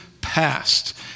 past